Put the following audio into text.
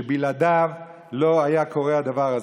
שבלעדיו לא היה קורה הדבר הזה.